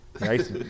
Nice